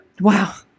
wow